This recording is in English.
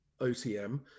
otm